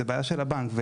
זה בעיה של הבנק.